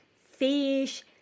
fish